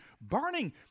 Burning